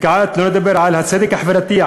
כעת לא נדבר על הצדק החברתי,